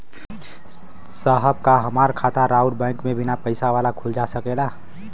साहब का हमार खाता राऊर बैंक में बीना पैसा वाला खुल जा सकेला?